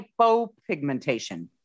hypopigmentation